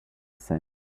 sand